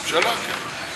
ממשלה, כן.